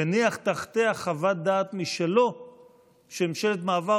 והניח תחתיה חוות דעת משלו שממשלת מעבר